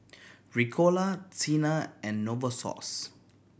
Ricola Tena and Novosource